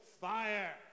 fire